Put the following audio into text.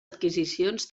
adquisicions